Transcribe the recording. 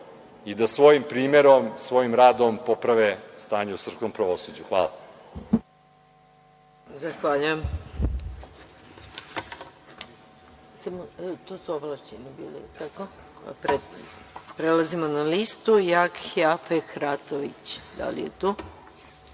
i da svojim primerom, svojim radom poprave stanje u srpskom pravosuđu. Hvala.